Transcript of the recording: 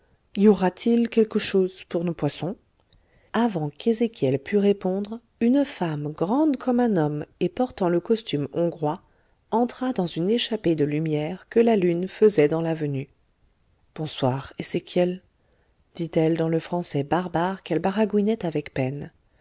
y aura-t-il quelque chose pour nos poissons avant qu'ezéchiel pût répondre une femme grande comme un homme et portant le costume hongrois entra dans une échappée de lumière que la lune faisait dans l'avenue bonsoir ezéchiel dit-elle dans le français barbare qu'elle baragouinait avec peine